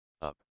up